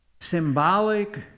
symbolic